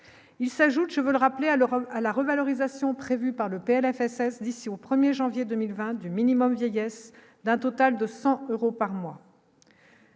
il s'ajoute, je veux le rappeler à l'Europe à la revalorisation prévue par le PLFSS d'ici au 1er janvier 2020 du minimum vieillesse d'un total de 100 euros par mois,